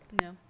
No